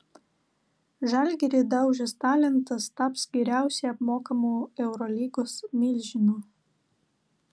žalgirį daužęs talentas taps geriausiai apmokamu eurolygos milžinu